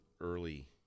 early